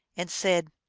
and said,